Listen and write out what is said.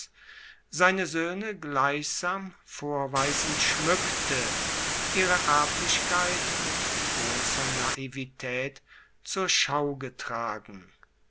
seine soehne gleichsam vorweisend schmueckte ihre erblichkeit mit grosser naivitaet zur schau getragen